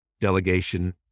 delegation